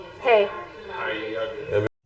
Hey